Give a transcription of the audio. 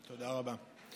תודה רבה.